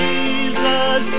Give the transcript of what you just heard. Jesus